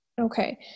okay